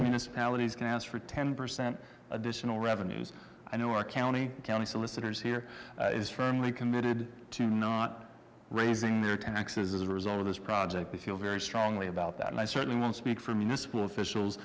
municipalities can ask for ten percent additional revenues i know our county county solicitor's here is firmly committed to not raising their taxes as a result of this project they feel very strongly about that and i certainly won't speak for municipal officials